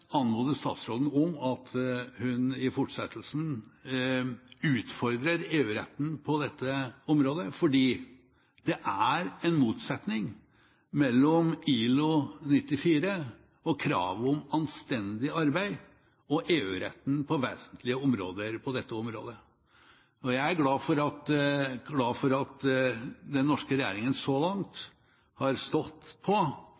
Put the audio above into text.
statsråden om at hun i fortsettelsen utfordrer EU-retten her, for det er en motsetning mellom ILO 94 med kravet om anstendig arbeid og EU-retten på vesentlige områder. Jeg er glad for at den norske regjeringen så langt har stått på